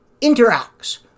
interacts